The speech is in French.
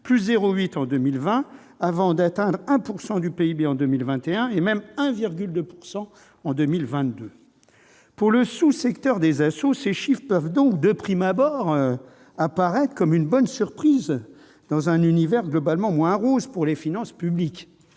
de 0,8 % en 2020, avant d'atteindre 1 % du PIB en 2021 et même 1,2 % en 2022. Pour le sous-secteur des ASSO, ces chiffres peuvent donc apparaître de prime abord comme une bonne surprise dans un univers globalement moins « rose » pour les finances publiques.